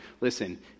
Listen